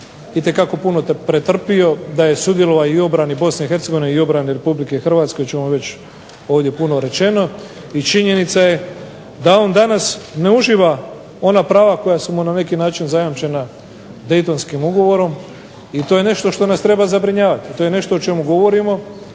itekako pretrpio, da je sudjelovao i u obrani BiH i u obrani Republike Hrvatske o čemu je već puno rečeno, i činjenica je da on danas ne uživa ona prava koja su mu zajamčena Daytonskim ugovorom, i to je nešto što nas treba zabrinjavati, to je nešto o čemu i